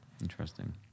interesting